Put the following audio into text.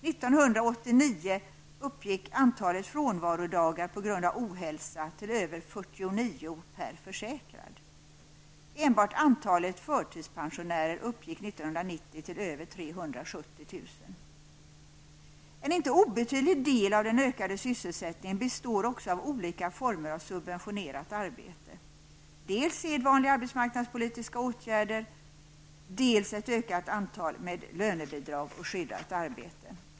1989 uppgick antalet frånvarodagar på grund av ohälsa till över 49 per försäkrad. Enbart antalet förtidspensionärer uppgick 1990 till över En inte obetydlig del av den ökade sysselsättningen består också av olika former av subventionerat arbete, dels sedvanliga arbetsmarknadspolitiska åtgärder, dels ett ökat antal med lönebidrag och skyddat arbete.